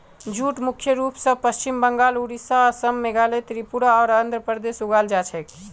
jute मुख्य रूप स पश्चिम बंगाल, ओडिशा, असम, मेघालय, त्रिपुरा आर आंध्र प्रदेशत उगाल जा छेक